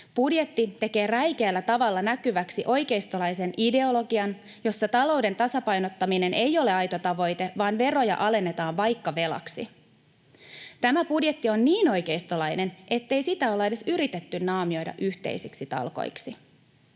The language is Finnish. Budjetti tekee räikeällä tavalla näkyväksi oikeistolaisen ideologian, jossa talouden tasapainottaminen ei ole aito tavoite vaan veroja alennetaan vaikka velaksi. Tämä budjetti on niin oikeistolainen, ettei sitä olla edes yritetty naamioida yhteisiksi talkoiksi.